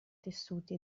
tessuti